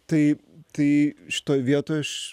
tai tai šitoj vietoj aš